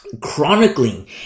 Chronicling